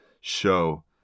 show